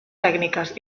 tècniques